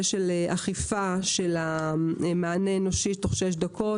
של אכיפה של מענה אנושי תוך 6 דקות.